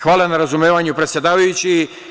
Hvala na razumevanju predsedavajući.